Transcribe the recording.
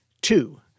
Two